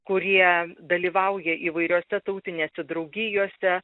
kurie dalyvauja įvairiose tautinėse draugijose